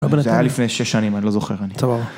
זה היה לפני שש שנים אני לא זוכר.